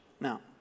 Now